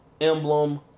emblem